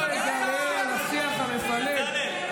אוי, השיח המפלג.